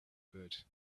good